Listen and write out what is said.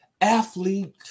athlete